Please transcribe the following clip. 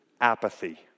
Apathy